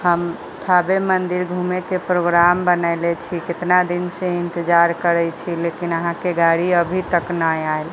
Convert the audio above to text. हम थाबे मंदिर घूमे के प्रोग्राम बनेली छी कितना दिन से इंतजार करै छी लेकिन अहाँके गाड़ी अभी तक ना आयल